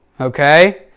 okay